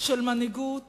של מנהיגות